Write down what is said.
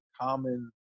common